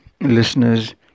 listeners